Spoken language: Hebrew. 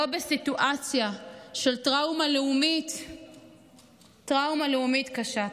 לא בסיטואציה של טראומה לאומית קשה כזאת.